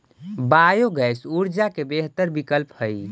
biogas ऊर्जा के बेहतर विकल्प हई